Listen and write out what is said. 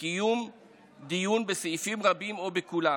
לקיים דיון בסעיפים רבים או בכולם